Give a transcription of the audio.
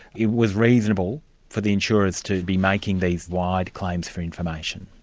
it was reasonable for the insurers to be making these wide claims for information.